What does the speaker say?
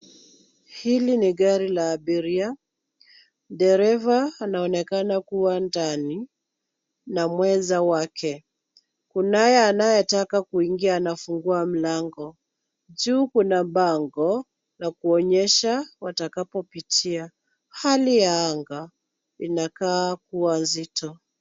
Hili ni gari la abiria, dereva anaonekana kuwa ndani na mwenza wake. Kunaye anayetaka kuingia anafungua mlango. Juu kuna bango la kuonyesha watakapopitia. Hali ya anga inakaa kuwa nzito.